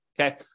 okay